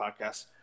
podcast